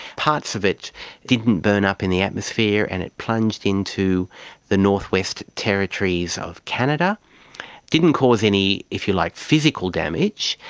parts of it didn't burn up in the atmosphere and it plunged into the north-west territories of canada. it didn't cause any, if you like, physical damage,